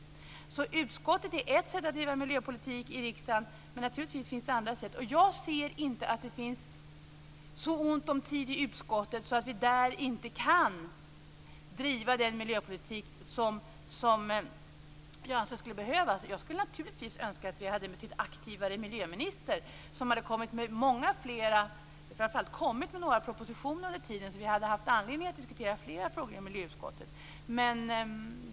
Utskottet är ett sätt att driva miljöpolitik i riksdagen, men naturligtvis finns det andra sätt. Jag ser inte att det finns så ont om tid i utskottet att vi där inte kan driva den miljöpolitik som skulle behövas. Jag skulle naturligtivs önska att vi hade en betydligt aktivare miljöminister som hade kommit med några propositioner under tiden så att vi hade haft anledning att diskutera fler frågor i miljö och jordbruksutskottet.